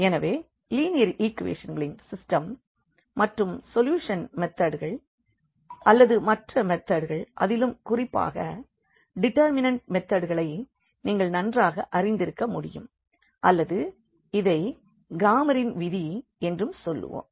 எனவே லீனியர் ஈக்குவேஷன்களின் சிஸ்டெம் மற்றும் சொல்யூஷன் மெதட்கள் அல்லது மற்ற மெதட்கள் அதிலும் குறிப்பாக டிடெர்மினண்ட் மெதட்களை நீங்கள் நன்றாக அறிந்திருக்க முடியும் அல்லது இதை கிராமேரின் விதி என்றும் சொல்வோம்